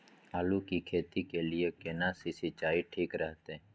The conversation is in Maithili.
आलू की खेती के लिये केना सी सिंचाई ठीक रहतै?